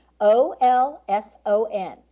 o-l-s-o-n